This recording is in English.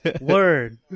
word